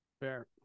fair